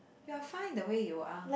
you are fine the way you are